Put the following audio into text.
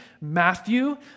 Matthew